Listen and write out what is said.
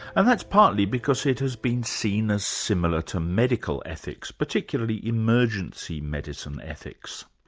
and that's partly because it has been seen as similar to medical ethics, particularly emergency medicine ethics.